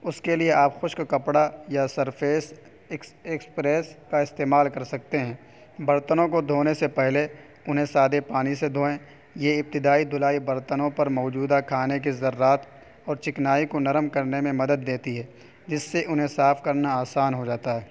اس کے لیے آپ خشک کپڑا یا سرفیس ایکسپریس کا استعمال کر سکتے ہیں برتنوں کو دھونے سے پہلے انہیں سادے پانی سے دھوئیں یہ ابتدائی دھلائی برتنوں پر موجودہ کھانے کے ذرات اور چکنائی کو نرم کرنے میں مدد دیتی ہے جس سے انہیں صاف کرنا آسان ہو جاتا ہے